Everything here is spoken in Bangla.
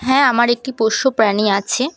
হ্যাঁ আমার একটি পোষ্য প্রাণী আছে